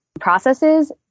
processes